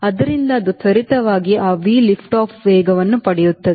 ಆದ್ದರಿಂದ ಅದು ತ್ವರಿತವಾಗಿ ಆ V lift off ವೇಗವನ್ನು ಪಡೆಯುತ್ತದೆ